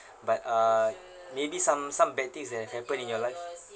but uh maybe some some bad things that have happened in your life